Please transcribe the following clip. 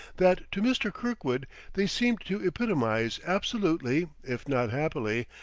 that to mr. kirkwood they seemed to epitomize absolutely, if not happily,